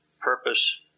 purpose